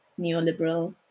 neoliberal